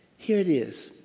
here it is,